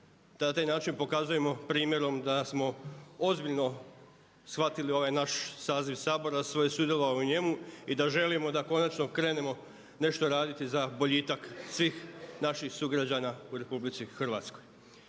Na taj način pokazujemo primjerom da smo ozbiljno shvatili ovaj naš saziv Sabora, svoje sudjelovanje u njemu i da želimo da konačno krenemo nešto raditi za boljitak svih naših sugrađana u Republici Hrvatskoj.